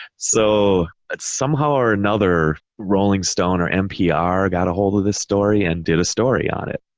so somehow or another rolling stone or npr got ahold of this story and did a story on it,